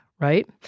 right